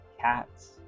cats